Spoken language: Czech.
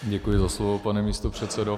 Děkuji za slovo, pane místopředsedo.